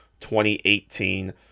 2018